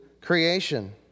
creation